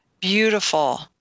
beautiful